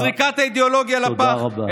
את זריקת האידיאולוגיה לפח, תודה רבה.